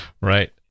right